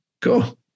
Cool